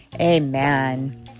amen